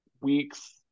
weeks